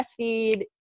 breastfeed